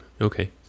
Okay